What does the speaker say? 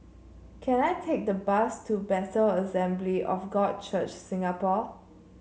can I take the bus to Bethel Assembly of God Church Singapore